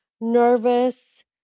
nervous